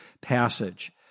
passage